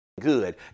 good